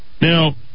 Now